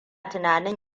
tunanin